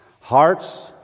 hearts